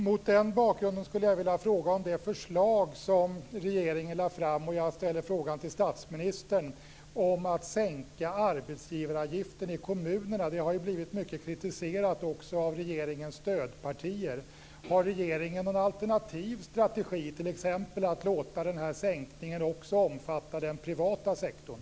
Mot den bakgrunden skulle jag vilja fråga om det förslag som regeringen har lagt fram - jag ställer frågan till statsministern - om att sänka arbetsgivaravgiften i kommunerna. Det har ju blivit mycket kritiserat också av regeringens stödpartier. Har regeringen någon alternativ strategi, t.ex. att låta den här sänkningen också omfatta den privata sektorn?